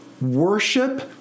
worship